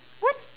what